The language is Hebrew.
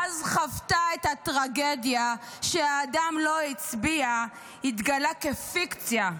ואז חוותה את הטרגדיה שהאדם שלו היא הצביעה התגלה כפיקציה,